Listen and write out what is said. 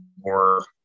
more